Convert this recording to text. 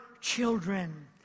children